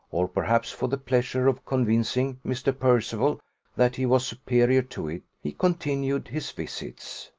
or perhaps for the pleasure of convincing mr. percival that he was superior to it, he continued his visits.